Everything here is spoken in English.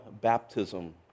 Baptism